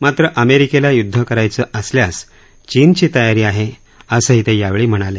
मात्र अमेरिकेला युद्ध करायचं असल्यास चीनची तयारी आहे असंही ते यावेळी म्हणाले